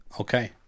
Okay